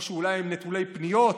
או שאולי הם נטולי פניות,